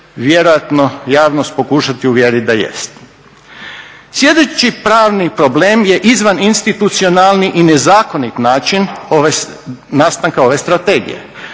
vjerojatno javnost pokušati uvjeriti da jest. Sljedeći pravni problem je izvaninstitucionalni i nezakonit način nastanka ove strategije.